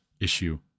issue